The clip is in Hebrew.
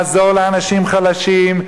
לעזור לאנשים חלשים,